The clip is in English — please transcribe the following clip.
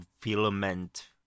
filament